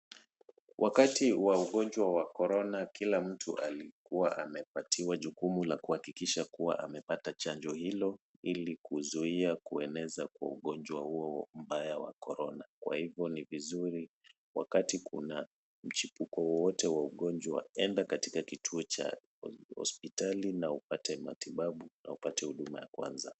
Wakati wa ugonjwa wa Korona kila mtu alikuwa amepatiwa jukumu la kuhakikisha kuwa amepata chanjo hilo ili kuzuia kueneza kwa ugonjwa huo mbaya wa korona kwa hivo ni vizuri wakati kuna mchipuko wowote wa ugonjwa enda katika kituo cha hospitali upate matibabu na upate huduma ya kwanza.